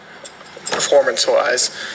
performance-wise